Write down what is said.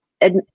Ed